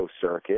circuit